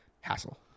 hassle